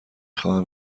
خواهم